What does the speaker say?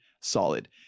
solid